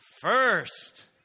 first